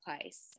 place